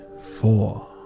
four